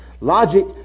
Logic